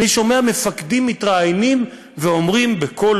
אני שומע מפקדים מתראיינים ואומר בקול